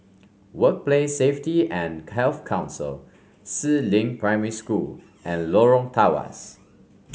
Workplace Safety and Health Council Si Ling Primary School and Lorong Tawas